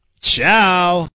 Ciao